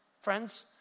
friends